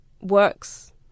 works